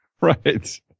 Right